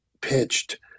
pitched